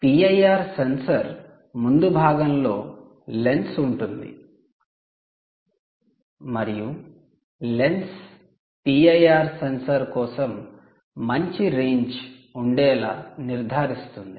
'PIR sensor' 'PIR sensor' ముందు భాగంలో lens ఉంటుంది మరియు lens 'PIR sensor' 'PIR sensor' కోసం మంచి రేంజ్ ఉండేలా నిర్ధారిస్తుంది